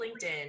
LinkedIn